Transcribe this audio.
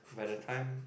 by the time